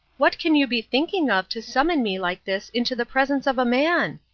what can you be thinking of to summon me like this into the presence of a man?